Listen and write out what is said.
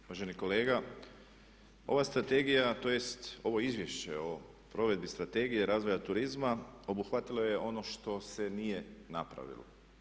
Uvaženi kolega ova strategija tj. ovo Izvješće o provedbi Strategije razvoja turizma obuhvatilo je ono što se nije napravilo.